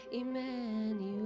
Emmanuel